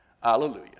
hallelujah